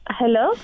hello